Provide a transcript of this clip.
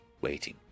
waiting